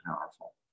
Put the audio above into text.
powerful